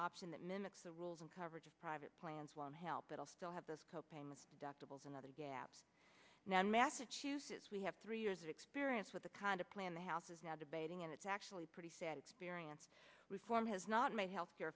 option that mimics the rules and coverage of private plans won't help at all still have those co payments deductibles and other gaps now in massachusetts we have three years of experience with the kind of plan the house is now debating and it's actually pretty sad experience reform has not made health care